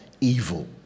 evil